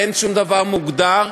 אין שום דבר מוגדר,